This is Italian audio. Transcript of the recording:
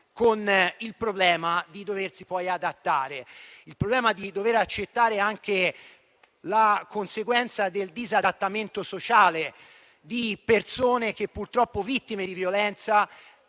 con il problema di doversi adattare. Il problema di dover accettare anche le conseguenze del disadattamento sociale di persone che, purtroppo, vittime di violenza,